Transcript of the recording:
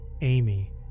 Amy